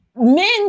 Men